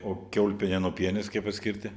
o kiaulpienę nuo pienės kaip atskirti